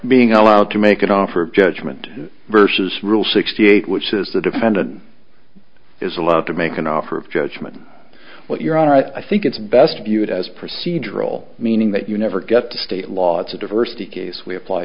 being allowed to make an offer of judgment versus rule sixty eight which says the defendant is allowed to make an offer of judgment what your honor i think it's best viewed as procedural meaning that you never get to state law it's a diversity case we apply